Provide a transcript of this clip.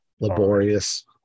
laborious